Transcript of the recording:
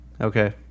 Okay